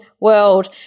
world